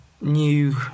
new